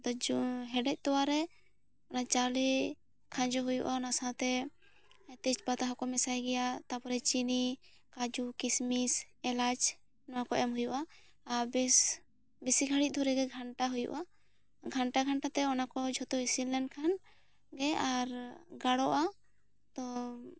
ᱛᱮᱡᱚ ᱦᱮᱰᱮᱜ ᱛᱚᱣᱟ ᱨᱮ ᱚᱱᱟ ᱪᱟᱣᱞᱮ ᱠᱷᱟᱡᱚ ᱦᱩᱭᱩᱜᱼᱟ ᱚᱱᱟ ᱥᱟᱶ ᱛᱮ ᱛᱮᱪᱯᱟᱛᱟ ᱦᱚᱸᱠᱚ ᱢᱮᱥᱟᱭ ᱜᱮᱭᱟ ᱛᱟᱨᱯᱚᱨᱮ ᱪᱤᱱᱤ ᱠᱟᱹᱡᱩ ᱠᱤᱥᱢᱤᱥ ᱮᱞᱟᱭᱪᱤ ᱱᱚᱣᱟ ᱠᱚ ᱮᱢ ᱦᱩᱭᱩᱜᱼᱟ ᱵᱮᱥ ᱵᱮᱥᱤ ᱜᱷᱟᱹᱲᱤᱡ ᱫᱷᱚᱨᱮ ᱜᱮ ᱜᱷᱟᱱᱴᱟ ᱦᱩᱭᱩᱜᱼᱟ ᱜᱷᱟᱱᱴᱟ ᱜᱷᱟᱱᱴᱟ ᱛᱮ ᱚᱱᱟ ᱠᱚ ᱡᱚᱛᱚ ᱤᱥᱤᱱ ᱞᱮᱱ ᱠᱷᱟᱱ ᱜᱮ ᱟᱨ ᱜᱟᱲᱚᱜᱼᱟ ᱛᱚ